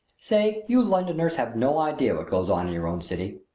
say, you londoners have no idea what goes on in your own city!